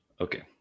Okay